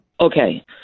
Okay